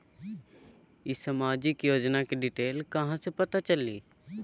ई सामाजिक योजना के डिटेल कहा से पता चली?